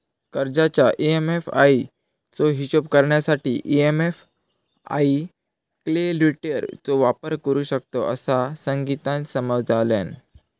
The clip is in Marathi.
कर्जाच्या ई.एम्.आई चो हिशोब करण्यासाठी ई.एम्.आई कॅल्क्युलेटर चो वापर करू शकतव, असा संगीतानं समजावल्यान